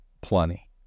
plenty